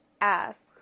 ask